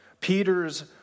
Peter's